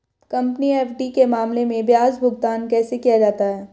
Company FD के मामले में ब्याज भुगतान कैसे किया जाता है?